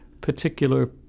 particular